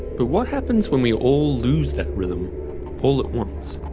but what happens when we all lose that rhythm all at once,